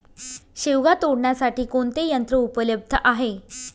शेवगा तोडण्यासाठी कोणते यंत्र उपलब्ध आहे?